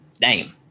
name